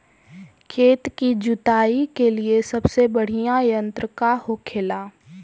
खेत की जुताई के लिए सबसे बढ़ियां यंत्र का होखेला?